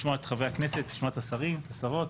לשמוע את חברי הכנסת, לשמוע את השרים, את השרות